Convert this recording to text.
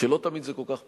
שלא תמיד זה כל כך פשוט.